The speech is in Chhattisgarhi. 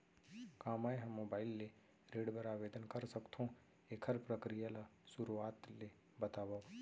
का मैं ह मोबाइल ले ऋण बर आवेदन कर सकथो, एखर प्रक्रिया ला शुरुआत ले बतावव?